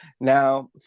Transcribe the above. Now